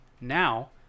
Now